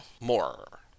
More